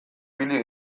ibili